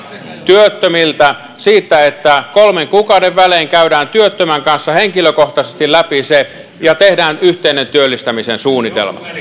työttömiltä että kolmen kuukauden välein käydään työttömän kanssa henkilökohtaisesti läpi asiat ja tehdään yhteinen työllistämisen suunnitelma